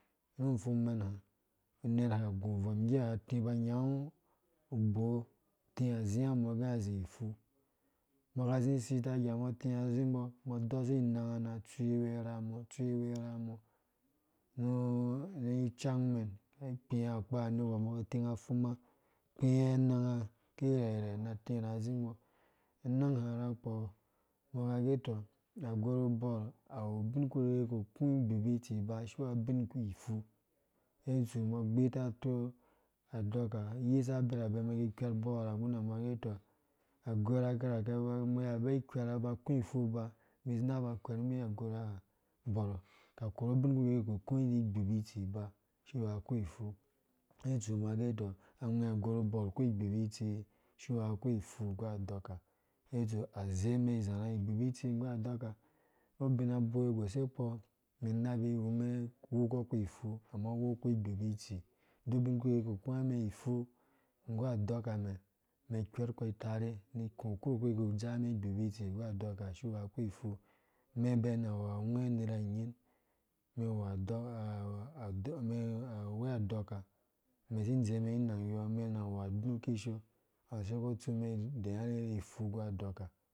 Nu upfungmen ha umera agu nvɔm ngge ha unga ati aba anyangu uboo atiazia mɔ gɛ unga azi ifu umbɔ ka azi isita igambɔ ati azimbɔ umbɔ adosi inanga na atsuiwe urha mɔ, tsuiwe urha mɔ ri icangmɛn ni kpiwe akpa anegwar ka ateng a humma, akpire ananga ki irheirha na tira azimbɔ anang ha rakɔ umbɔ kagɛ tɔ aghwerhu ubɔrh awu ubin kpi ku uku igbubitsi iba siwea ubin ku ifu ngge itsu umbɔ agbite ato adɔka ayisa abirabe umen ki ikwer ubɔrh ha ngguma umbɔ agɛ tɔ agwerha kirake umbi ka bee ikwɛra ba aku ifu ba umbi si bɔr ka koru ubin kurki ku igbubitsi ba asi wea ku ifu ngge itsu umbɔ agɛ tɔ angwɛ agweru ubɔrh aku igbubitsi si wea ku ifu nggu adɔka ngge itsu aze umɛn izarha ingbubitsi nggu adɔka, ko ubina ubowe gose kpɔ umɛn inabi iwumen uwu kuifu ama uwu ku igbubitsi duk ubinkuki ku ukuwa mɛn ifu nggu aɔkamɛn umɛn ikwerkɔ itare ni iku ukurki ku udzaa umen igbu bitsinggu adɔka si wea k. ifu umen be na en wu angwe unera nying umen iwu adɔka awe adɔka umen si idzemen ni inang yɔɔ, umen na iwu adu kishoo awuse kɔ tsu umen idɛɛ arherhi ifunggu adɔka?